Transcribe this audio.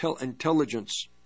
intelligence